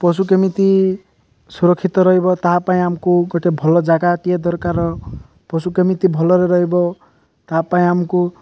ପଶୁ କେମିତି ସୁରକ୍ଷିତ ରହିବ ତା ପାଇଁ ଆମକୁ ଗୋଟେ ଭଲ ଜାଗାଟିଏ ଦରକାର ପଶୁ କେମିତି ଭଲରେ ରହିବ ତା ପାଇଁ ଆମକୁ